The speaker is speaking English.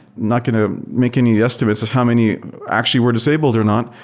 not going to make any estimates of how many actually were disabled or not.